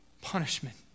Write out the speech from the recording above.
punishment